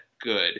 good